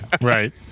Right